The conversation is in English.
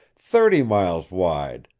thirty miles wide,